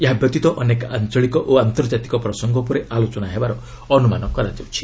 ଏହାବ୍ୟତୀତ ଅନେକ ଆଞ୍ଚଳିକ ଓ ଆନ୍ତର୍ଜାତିକ ପ୍ରସଙ୍ଗ ଉପରେ ଆଲୋଚନା ହେବାର ଅନୁମାନ କରାଯାଉଛି